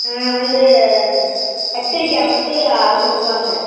ம் வந்து கத்திரிக்காய் வந்து அறுபது ரூபாங்க